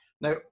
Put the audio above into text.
Now